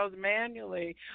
manually